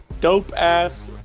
dope-ass